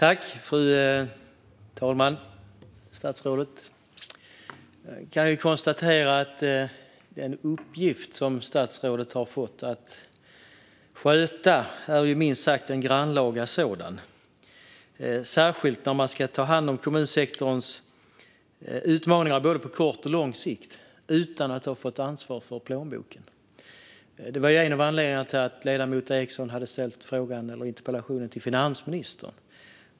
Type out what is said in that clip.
Fru talman! Jag kan konstatera att den uppgift som statsrådet har fått att sköta är en minst sagt grannlaga sådan, särskilt då han ska ta hand om kommunsektorns utmaningar på både kort och lång sikt utan att ha fått ansvar för plånboken. Det var en av anledningarna till att ledamoten Eriksson ställde interpellationen till finansministern.